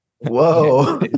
Whoa